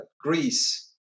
Greece